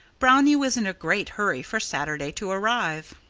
brownie was in a great hurry for saturday to arrive.